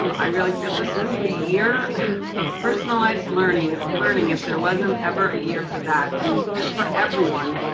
um i really feel this is the year of personalized learning if there if there wasn't ever a year for that. and and for everyone,